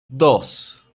dos